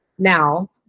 Now